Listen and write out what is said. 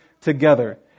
together